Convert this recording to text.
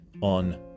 on